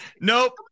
nope